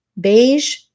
Beige